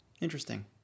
interesting